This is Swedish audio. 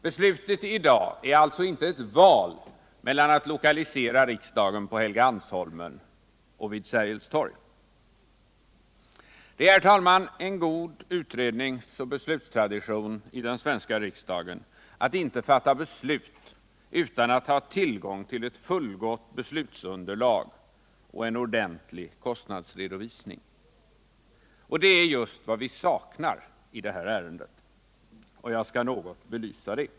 Beslutet i dag är alltså inte ett val mellan att lokalisera riksdagen på Helgeandsholmen eller vid Sergels torg. Det är, herr talman, en god utrednings och beslutstradition i den svenska riksdagen att inte fatta beslut utan att ha tillgång till ett fullgott beslutsunderlag och en ordentlig kostnadsredovisning. Det är just vad vi saknar i detta ärende. Jag skall något belysa detta.